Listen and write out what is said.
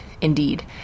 indeed